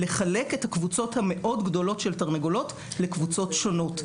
לחלק את הקבוצות המאוד גדולות של תרנגולות לקבוצות שונות.